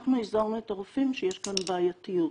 אנחנו הזהרנו את הרופאים שיש כאן בעייתיות,